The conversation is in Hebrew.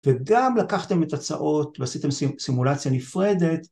וגם לקחתם את הצעות ועשיתם סימולציה נפרדת.